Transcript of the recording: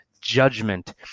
judgment